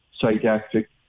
psychiatric